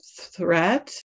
threat